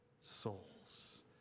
souls